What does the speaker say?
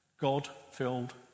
God-filled